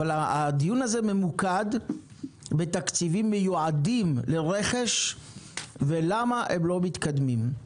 אבל הדיון הזה ממוקד בתקציבים שמיועדים לרכש ולמה הם לא מתקדמים.